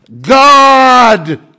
God